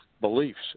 beliefs